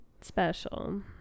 special